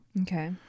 Okay